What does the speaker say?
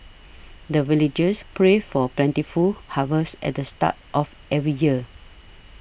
the villagers pray for plentiful harvest at the start of every year